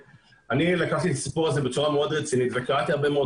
אני לקחתי את הסיפור הזה בצורה מאוד רצינית וקראתי הרבה מאוד